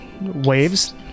waves